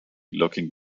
looking